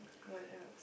what else